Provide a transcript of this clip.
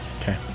Okay